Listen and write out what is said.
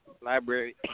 library